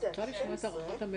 את רוצה לשמוע את הערכת הממ"מ?